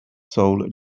sole